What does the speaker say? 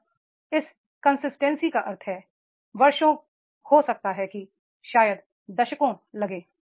और इस कंसिस्टेंसी का अर्थ है वर्षों हो सकता है कि शायद दशकों लगे